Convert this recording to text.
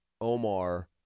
Omar